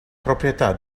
proprietà